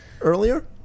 earlier